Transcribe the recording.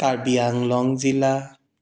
কাৰ্বি আংলং জিলা